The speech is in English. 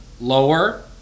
Lower